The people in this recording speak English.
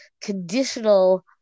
conditional